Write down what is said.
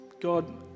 God